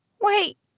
Wait